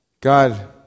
God